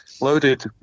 Loaded